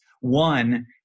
one